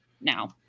now